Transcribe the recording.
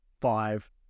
five